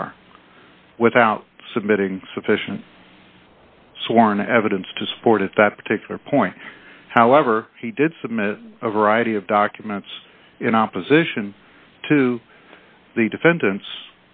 far without submitting sufficient sworn evidence to support at that particular point however he did submit a variety of documents in opposition to the defendant's